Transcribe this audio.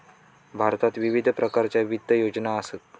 भारतात विविध प्रकारच्या वित्त योजना असत